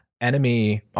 enemy